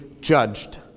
judged